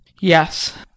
Yes